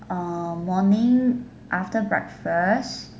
uh morning after breakfast